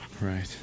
Right